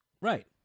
Right